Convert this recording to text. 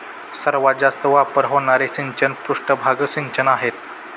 सर्वात जास्त वापर होणारे सिंचन पृष्ठभाग सिंचन आहे